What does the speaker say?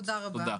תודה רבה.